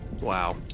Wow